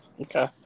Okay